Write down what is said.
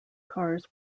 cars